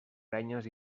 renyes